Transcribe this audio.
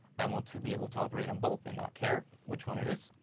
i want to be able to operate on both and not care which one it is.